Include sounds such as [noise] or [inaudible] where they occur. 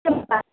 [unintelligible]